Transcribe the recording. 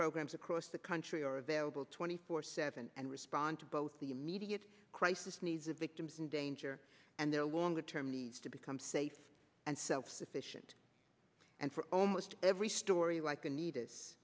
programs across the country are available twenty four seven and respond to both the immediate crisis needs of victims in danger and their longer term needs to become safe and self sufficient and for almost every story like the need is